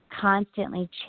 constantly